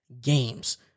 games